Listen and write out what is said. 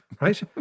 Right